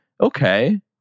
Okay